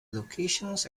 locations